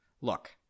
Look